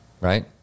Right